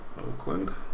Oakland